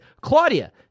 Claudia